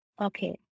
Okay